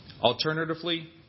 Alternatively